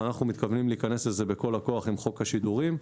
אנחנו מתכוונים להיכנס לזה בכל הכוח עם חוק השידורים.